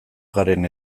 garen